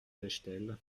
bechtel